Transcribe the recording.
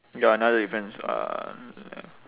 ya another difference um